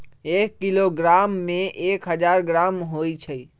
एक किलोग्राम में एक हजार ग्राम होई छई